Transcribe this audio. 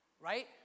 right